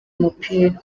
umupira